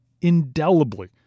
indelibly